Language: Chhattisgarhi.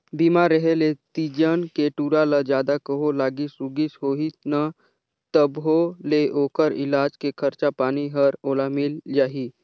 बीमा रेहे ले तीजन के टूरा ल जादा कहों लागिस उगिस होही न तभों ले ओखर इलाज के खरचा पानी हर ओला मिल जाही